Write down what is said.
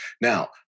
Now